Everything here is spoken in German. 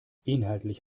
inhaltlich